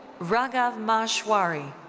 raghav maheshwari,